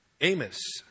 Amos